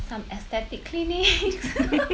some aesthetic clinics